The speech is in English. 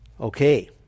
Okay